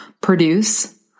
produce